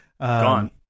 gone